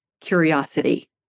curiosity